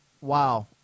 Wow